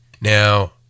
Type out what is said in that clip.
Now